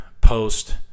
Post